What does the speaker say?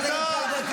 חברת הכנסת גוטליב.